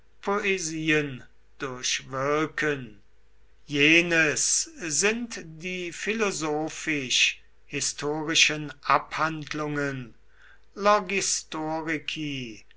poesien durchwirken jenes sind die philosophisch historischen abhandlungen